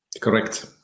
Correct